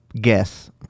guess